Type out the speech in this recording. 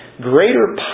greater